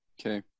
Okay